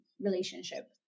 relationship